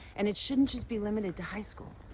and it shouldn't just be limited to high school.